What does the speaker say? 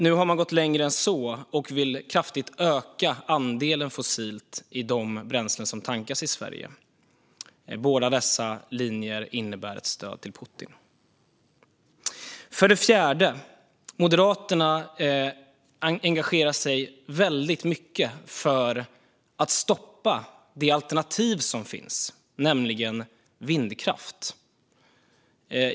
Nu har man gått längre än så och vill kraftigt öka andelen fossilt i de bränslen som tankas i Sverige. Båda dessa linjer innebär ett stöd till Putin. För det fjärde engagerar sig Moderaterna väldigt mycket för att stoppa det alternativ som finns, nämligen vindkraft.